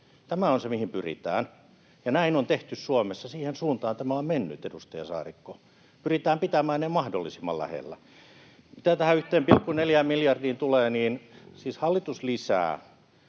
Tämä on se, mihin pyritään, ja näin on tehty Suomessa, siihen suuntaan tämä on mennyt, edustaja Saarikko: pyritään pitämään ne mahdollisimman lähellä. Mitä tähän 1,4 miljardiin tulee, niin hallitus siis